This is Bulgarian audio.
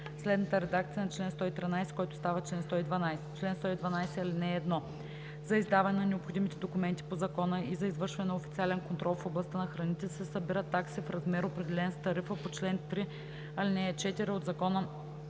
следната редакция на чл. 113, който става чл. 112: „Чл. 112. (1) За издаване на необходимите документи по закона и за извършване на официален контрол в областта на храните се събират такси в размер, определен с тарифата по чл. 3, ал. 4 от Закона